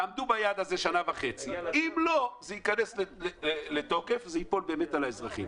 תעמדו ביעד הזה שנה וחצי ואם לא זה ייכנס לתוקף וייפול על האזרחים.